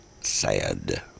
sad